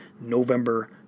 November